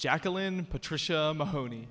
jacqueline patricia mahoney